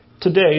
today